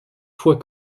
fois